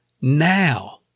Now